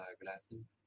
glasses